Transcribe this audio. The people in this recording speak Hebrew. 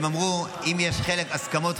הם אמרו אם יש חלק הסכמות,